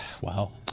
wow